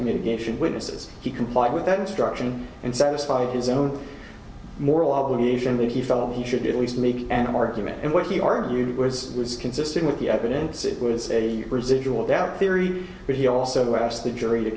mitigation witnesses he complied with that instruction and satisfied his own moral obligation that he felt he should at least make an argument and what he argued was was consistent with the evidence it was a residual doubt theory but he also asked the jury to